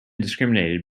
discriminated